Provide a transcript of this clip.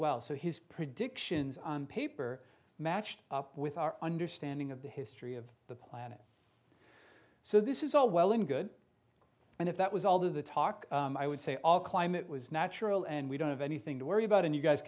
well so his predictions on paper matched up with our understanding of the history of the planet so this is all well and good and if that was all the talk i would say all climate was natural and we don't have anything to worry about and you guys